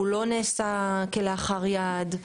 הוא לא נעשה כלאחר יד.